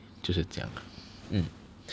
就是这样 mm